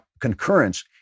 concurrence